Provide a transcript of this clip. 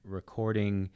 recording